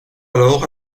alors